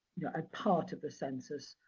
yeah a part of the census.